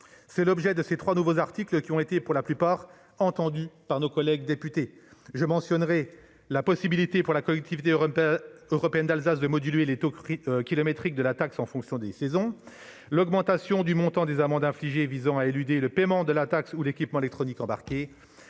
est l'objet des vingt-trois articles introduits au Sénat, qui ont été pour la plupart conservés par nos collègues députés. Je mentionnerai la possibilité pour la Collectivité européenne d'Alsace de moduler le taux kilométrique de la taxe en fonction des saisons, l'augmentation du montant des amendes infligées visant à éluder le paiement de la taxe ou de l'équipement électronique embarqué,